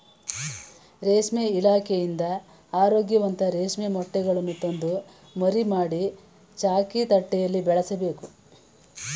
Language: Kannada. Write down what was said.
ರೇಷ್ಮೆ ಇಲಾಖೆಯಿಂದ ಆರೋಗ್ಯವಂತ ರೇಷ್ಮೆ ಮೊಟ್ಟೆಗಳನ್ನು ತಂದು ಮರಿ ಮಾಡಿ, ಚಾಕಿ ತಟ್ಟೆಯಲ್ಲಿ ಬೆಳೆಸಬೇಕು